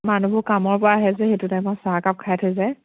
মানুহবোৰ কামৰপৰা আহে যে সেইটো টাইমত চাহকাপ খাই থৈ যায়